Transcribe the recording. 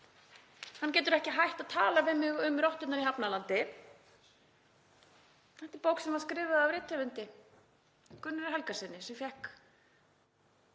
Hann getur ekki hætt að tala við mig um rotturnar í Hafnarlandi. Þetta er bók sem var skrifuð af rithöfundi, Gunnari Helgasyni, sem fékk